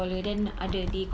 we were googling on